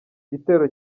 gitero